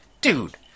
Dude